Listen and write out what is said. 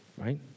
Right